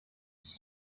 iki